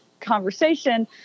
conversation